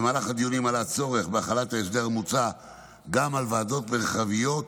במהלך הדיונים עלה הצורך בהחלת ההסדר המוצע גם על ועדות מרחביות,